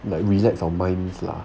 like relax our minds 啦